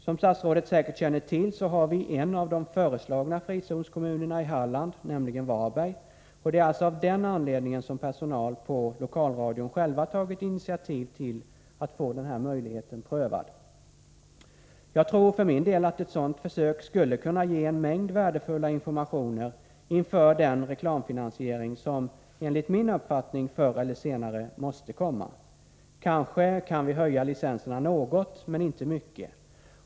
Som statsrådet säkert känner till har vi en av de föreslagna frizonskommunerna i Halland, nämligen Varberg, och det är alltså av den anledningen som personalen på lokalradion själv tagit initiativ till att få den här möjligheten prövad. Jag tror för min del att ett sådant försök skulle kunna ge en mängd värdefulla informationer inför den reklamfinansiering som enligt min uppfattning förr eller senare måste komma. Kanske kan vi höja licenserna något, men inte mycket.